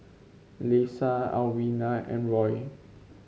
Leisa Alwina and Roy